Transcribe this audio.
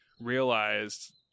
realized